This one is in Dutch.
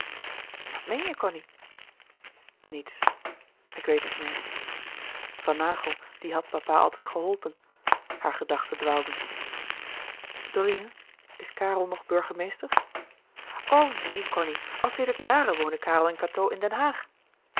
wat meen je cony niets ik weet niet meer van naghel dien had papa altijd geholpen hare gedachten dwaalden dorine is karel nog burgemeester o neen cony al sedert jaren wonen karel en cateau in den haag